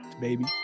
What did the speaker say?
baby